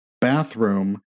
bathroom